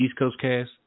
EastCoastCast